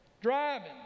driving